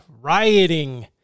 rioting